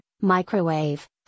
microwave